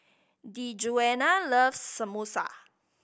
Djuana loves Samosa